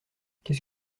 qu’est